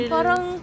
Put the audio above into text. Parang